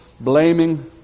blaming